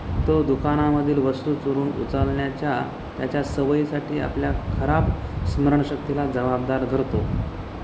तो दुकानामधील वस्तू चोरून उचलण्याच्या त्याच्या सवयीसाठी आपल्या खराब स्मरणशक्तीला जबाबदार धरतो